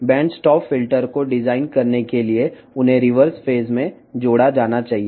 band stop filter రూపకల్పన చేయడానికి వాటిని రివర్స్ దశలో చేర్చాలి